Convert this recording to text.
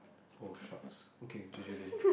oh shucks okay J_J-Lin